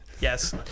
yes